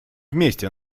вместе